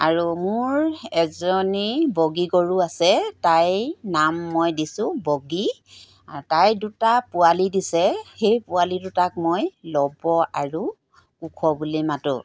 আৰু মোৰ এজনী বগী গৰু আছে তাইৰ নাম মই দিছোঁ বগী তাই দুটা পোৱালী দিছে সেই পোৱালি দুটাক মই লৱ আৰু কুশ বুলি মাতোঁ